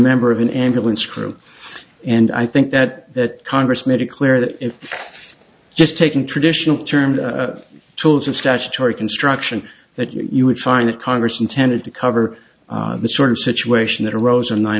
member of an ambulance crew and i think that that congress made it clear that in just taking traditional termed tools of statutory construction that you would find that congress intended to cover the sort of situation that arose on nine